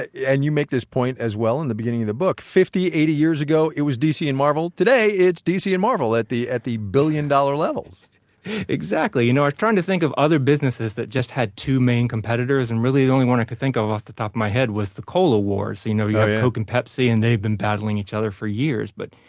and you make this point as well in the beginning of the book, fifty, eighty years ago it was dc and marvel. today it's dc and marvel at the at the billion-dollar levels exactly. you know, i'm trying to think of other businesses that just had two main competitors, and really the only one i can think of off the top of my head was the cola wars. you know, you've got yeah yeah coke and pepsi, and they've been battling each other for years. but,